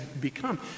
become